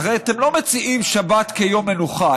הרי אתם לא מציעים שבת כיום מנוחה.